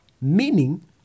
Meaning